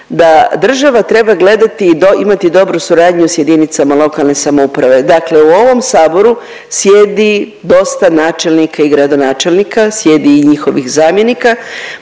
da država treba gledati i imati dobru suradnju s jedinicama lokalne samouprave. Dakle, u ovom saboru sjedi dosta načelnika i gradonačelnika, sjedi i njihovih zamjenika.